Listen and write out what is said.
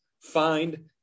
Find